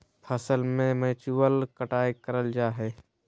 फसल के मैन्युअल कटाय कराल जा हइ